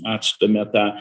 atstumia tą